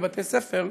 בבתי-ספר,